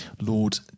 Lord